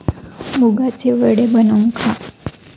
मुगाचे वडे बनवून खा